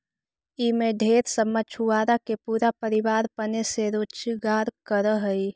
ई में ढेर सब मछुआरा के पूरा परिवार पने से रोजकार कर हई